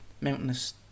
mountainous